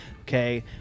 Okay